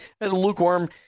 Lukewarm